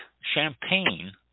champagne